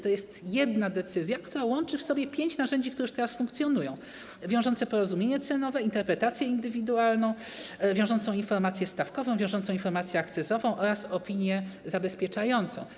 To jest jedna decyzja, która łączy w sobie pięć narzędzi, które już teraz funkcjonują: wiążące porozumienie cenowe, interpretację indywidualną, wiążącą informację stawkową, wiążącą informację akcyzową oraz opinię zabezpieczającą.